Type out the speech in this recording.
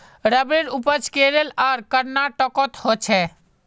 रबरेर उपज केरल आर कर्नाटकोत होछे